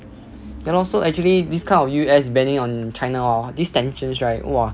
ya lor so actually this kind of U_S banning on china hor right this tensions !wah!